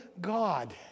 God